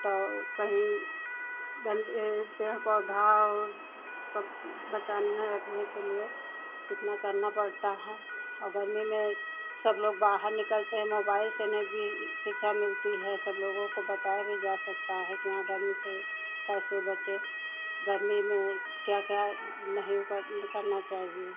और कहीं पेड़ पौधा और सब बचाने रखने के लिए इतना करना पड़ता है और गर्मी में सब लोग बाहर निकलते हैं मोबाइल से भी शिक्षा मिलती है सब लोगों को बताया भी जा सकता है कि हाँ गर्मी से कैसे बचें गर्मी में क्या क्या नहीं कर करना चाहिए